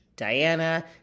Diana